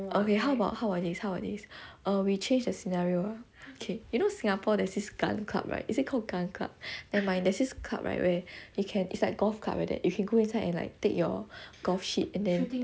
okay how about how about this err we change the scenario okay you know singapore there's this gun club right is it called gun club never mind there's this club right where you can it's like golf club like that if you go inside and take your golf shit and then